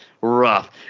rough